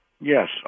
Yes